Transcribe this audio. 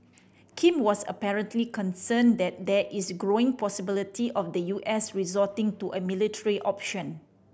Kim was apparently concerned that there is growing possibility of the U S resorting to a military option